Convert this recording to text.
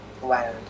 Wow